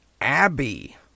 Abby